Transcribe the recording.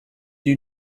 you